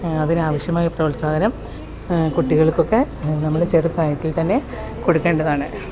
അതിനാവശ്യമായ പ്രോത്സാഹനം കുട്ടികൾക്കൊക്കെ നമ്മൾ ചെറുപ്രായത്തിൽ തന്നെ കൊടുക്കേണ്ടതാണ്